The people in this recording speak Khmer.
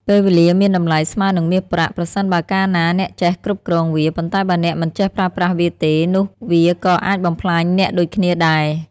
ពេលវេលាមានតំលៃស្មើនិងមាសប្រាក់ ប្រសិនបើការណាអ្នកចេះគ្រវ់គ្រងវា ប៉ុន្តែបើអ្នកមិនចេះប្រើប្រាស់វាទេនោះវាក៏អាចបំផ្លាញអ្នកដូចគ្នាដែរ។